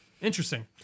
Interesting